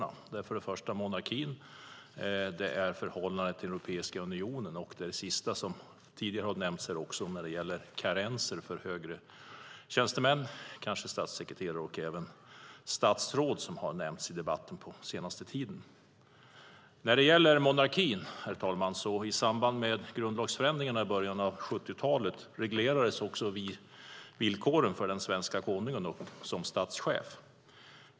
Det handlar för det första om monarkin, för det andra om förhållandet till Europeiska unionen och för det tredje om karens för högre tjänstemän, till exempel statssekreterare och även statsråd som har nämnts i debatten den senaste tiden. Först var det frågan om monarkin. I samband med grundlagsförändringarna i början av 70-talet reglerades villkoren för den svenska konungen i hans egenskap av statschef.